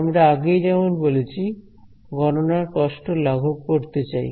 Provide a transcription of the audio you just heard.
আমরা আগেই যেমন বলেছি গণনার কষ্ট লাঘব করতে চাই